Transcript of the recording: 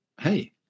hey